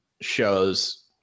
shows